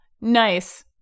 Nice